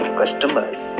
customers